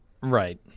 Right